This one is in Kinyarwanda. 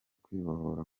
kwibohora